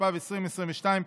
התשפ"ב 2022,